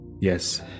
Yes